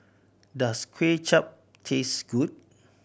does Kway Chap taste good